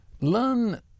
learn